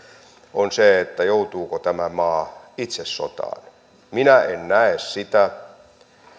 on se joutuuko tämä maa itse sotaan minä en näe sitä